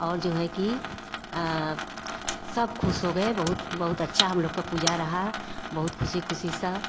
और जो है कि सब खुश हो गए बहुत बहुत अच्छा हम लोग का पूजा रहा बहुत खुशी खुशी सा